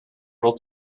able